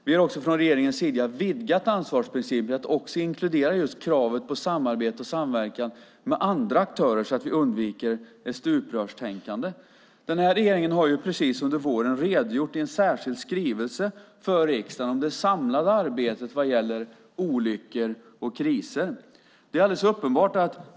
Vi har också från regeringens sida vidgat ansvarsprincipen till att inkludera också kravet på samarbete med andra aktörer, så att vi undviker ett stuprörstänkande. Den här regeringen har under våren redogjort för riksdagen om det samlade arbetet vad gäller olyckor och kriser.